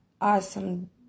Awesome